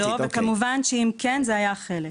ממש לא וכמובן שבידה וכן זה היה חלק.